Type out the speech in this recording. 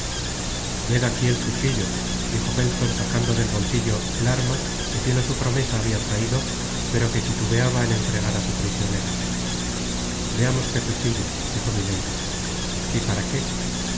ved aquí el cuchillo dijo felton sacando del bolsillo el arma que fiel á su promesa habia traido pero que titubeaba en entregar á su prisionera veamos que cuchillo dijo milady y para qué